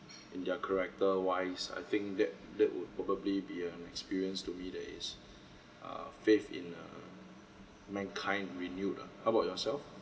their character wise I think that that would probably be a experience to me that is uh faith in err mankind renewed lah how about yourself